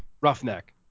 Roughneck